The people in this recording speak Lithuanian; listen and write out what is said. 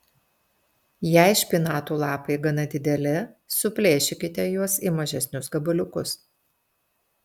jei špinatų lapai gana dideli suplėšykite juos į mažesnius gabaliukus